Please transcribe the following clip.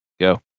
Go